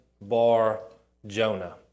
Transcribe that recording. Bar-Jonah